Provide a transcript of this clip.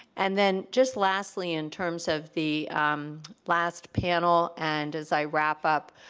and then just lastly, in terms of the last panel and as i wrap up,